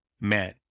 men